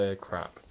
Crap